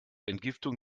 entgiftung